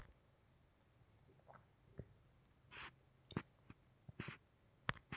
ಜೈವಿಕ ಕೇಟ ನಿಯಂತ್ರಣದಿಂದ ಕೇಟಗಳು ಕಡಿಮಿಯಾಗದಿದ್ದಾಗ ಕೇಟನಾಶಕಗಳನ್ನ ಬಳ್ಸೋದು ಒಳ್ಳೇದು